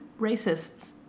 racists